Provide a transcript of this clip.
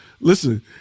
listen